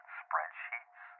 spreadsheets